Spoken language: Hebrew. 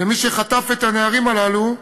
למי שחטף את הנערים הללו,